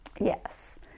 Yes